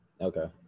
Okay